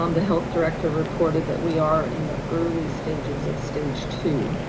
um the health director reported that we are in the early stages of stage two.